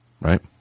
right